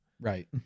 Right